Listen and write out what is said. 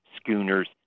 schooners